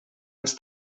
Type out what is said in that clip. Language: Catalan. ens